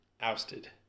ousted